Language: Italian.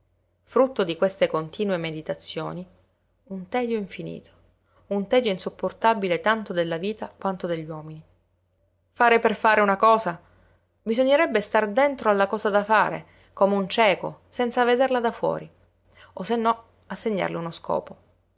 frutto di queste continue meditazioni un tedio infinito un tedio insopportabile tanto della vita quanto degli uomini fare per fare una cosa bisognerebbe star dentro alla cosa da fare come un cieco senza vederla da fuori o se no assegnarle uno scopo